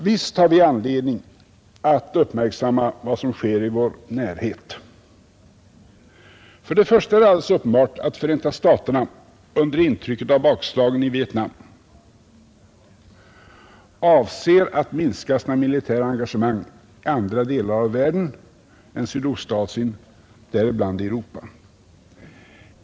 Visst har vi anledning att uppmärksamma vad som sker i vår närhet. Först och främst är det alldeles uppenbart att Förenta staterna under intrycket av bakslagen i Vietnam avser att minska sina militära engagemang i andra delar av världen, däribland Europa.